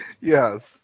Yes